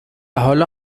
حالا